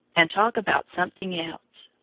and talk about something else.